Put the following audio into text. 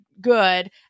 good